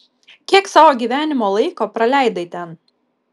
kiek savo gyvenimo laiko praleidai ten